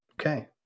Okay